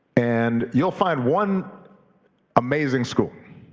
and you'll find one amazing school.